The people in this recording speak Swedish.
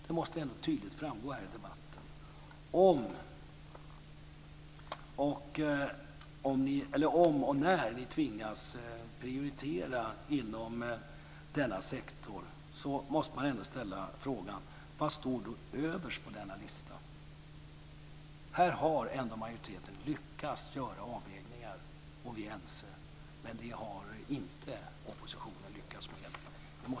Det måste tydligt framgå här i debatten. Om och när ni tvingas prioritera inom denna sektor, måste man ställa frågan: Vad står då överst på denna lista? Här har majoriteten lyckats göra avvägningar, och vi är ense, men det har inte oppositionen lyckats med.